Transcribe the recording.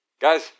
Guys